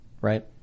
right